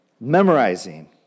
memorizing